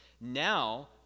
Now